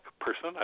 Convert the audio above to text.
person